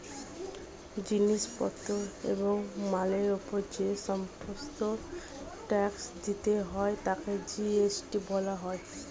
জিনিস পত্র এবং মালের উপর যে সমস্ত ট্যাক্স দিতে হয় তাকে জি.এস.টি বলা হয়